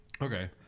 Okay